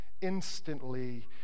instantly